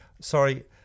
sorry